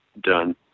done